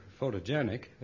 photogenic